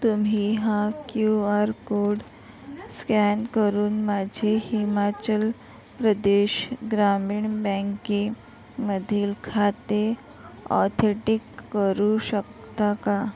तुम्ही हा Q R code scan करून माझे हिमाचल प्रदेश ग्रामीण बँकेमधील खाते ऑथेटिक करू शकता का